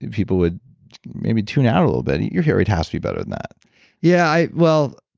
and people would maybe tune out a little bit. you're here, it has to be better than that yeah. well,